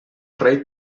rei